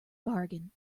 bargain